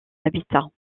habitat